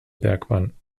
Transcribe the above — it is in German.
bergmann